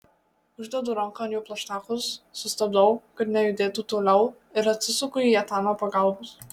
uždedu ranką ant jo plaštakos sustabdau kad nejudėtų toliau ir atsisuku į etaną pagalbos